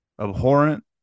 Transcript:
abhorrent